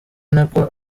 nako